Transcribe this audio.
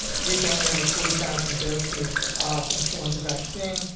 we donated forty thousand doses of influenza vaccine,